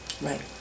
Right